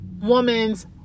Woman's